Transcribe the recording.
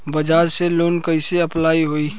बजाज से लोन कईसे अप्लाई होई?